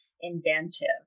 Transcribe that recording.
inventive